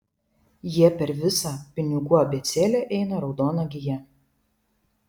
jie per visą pinigų abėcėlę eina raudona gija